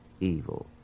evil